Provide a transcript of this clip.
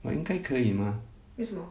but 应该可以吗